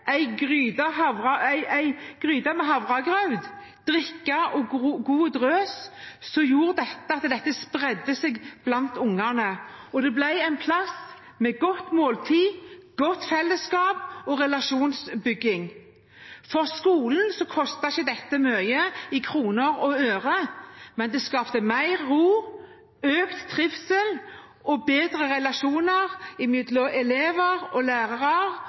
gryte havregrøt, drikke og god drøs – spredde dette seg blant ungene, og det ble en plass med godt måltid, godt fellesskap og relasjonsbygging. For skolen kostet ikke dette mye i kroner og ører, men det skapte mer ro, økt trivsel og bedre relasjoner mellom elever og lærere,